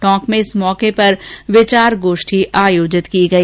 टोंक में इस मौके पर विचार गोष्ठी आयोजित की गई